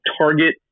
target